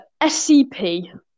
SCP